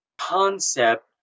concept